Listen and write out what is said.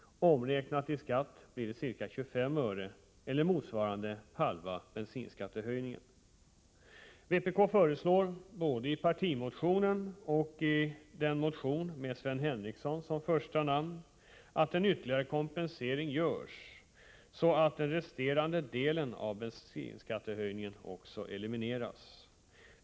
Omräknat i skatt blir det ca 25 öre eller motsvarande halva bensinskattehöjningen. Vpk föreslår, både i partimotionen och i den motion som väckts med Sven Henricsson som första namn, att en ytterligare kompensation görs, så att den resterande delen av bensinskattehöjningen elimineras.